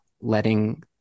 letting